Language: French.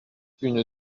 une